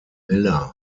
miller